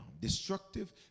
Destructive